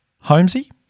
Holmesy